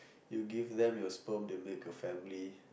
you give them your sperm they'll make a family